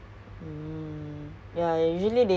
ah macam tak faham ah I just